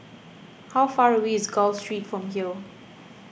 how far away is Gul Street from here